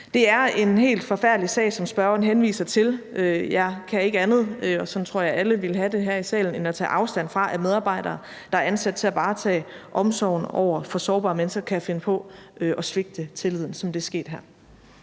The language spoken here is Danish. Det er en helt forfærdelig sag, som spørgeren henviser til, og jeg kan ikke andet – og sådan tror jeg alle her i salen vil have det – end at tage afstand fra, at medarbejdere, der er ansat til at varetage omsorgen over for sårbare mennesker, kan finde på at svigte tilliden, som det er sket her.